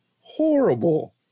horrible